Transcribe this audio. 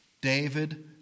David